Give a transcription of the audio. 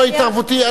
לא התערבותי,